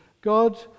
God